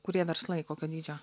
kurie verslai kokio dydžio